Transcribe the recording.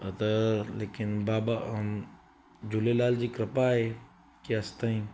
हा त लेकीन बाबा अम झूलेलाल जी कृपा आहे की अॼु तईं